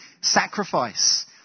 sacrifice